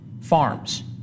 farms